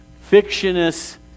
fictionist